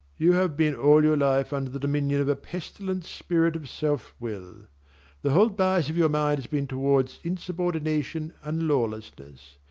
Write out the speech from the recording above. you have been all your life under the dominion of a pestilent spirit of self-will. the whole bias of your mind has been towards insubordination and lawlessness.